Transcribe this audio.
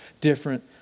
different